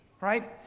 right